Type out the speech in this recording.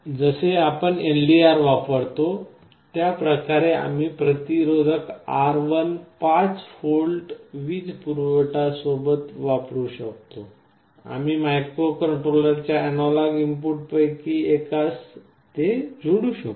जसे आपण LDR वापरतो त्याप्रकारे आम्ही प्रतिरोधक R1 5V वीज पुरवठा सोबत वापरु शकतो आम्ही मायक्रोकंट्रोलरच्या अॅनालॉग इनपुट पिन पैकी एकास ते जोडू शकतो